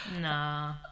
Nah